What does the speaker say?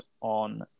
on